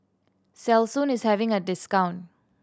Selsun is having a discount